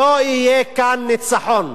לא יהיה כאן ניצחון.